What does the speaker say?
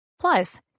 Plus